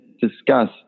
discuss